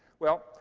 well,